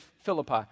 Philippi